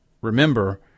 remember